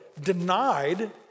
denied